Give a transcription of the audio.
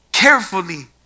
carefully